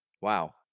Wow